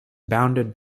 bounded